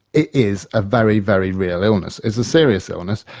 it is a very, very real illness. it's a serious illness.